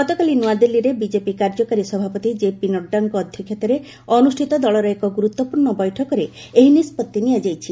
ଗତକାଲି ନୂଆଦିଲ୍ଲୀରେ ବିଚ୍ଚେପି କାର୍ଯ୍ୟକାରୀ ସଭାପତି ଜେପି ନଡ୍ଭାଙ୍କ ଅଧ୍ୟକ୍ଷତାରେ ଅନୁଷ୍ଠିତ ଦଳର ଏକ ଗୁରୁତ୍ୱପୂର୍ଣ୍ଣ ବୈଠକରେ ଏହି ନିଷ୍ପଭି ନିଆଯାଇଛି